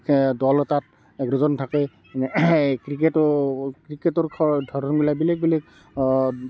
দল এটাত এঘাৰজন থাকে এনে ক্ৰিকেটো ক্ৰিকেটৰ খৰ ধৰণবিলাক বেলেগ বেলেগ